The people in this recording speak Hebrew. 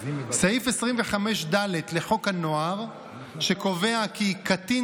סעיף 25(ד) לחוק הנוער קובע כי קטין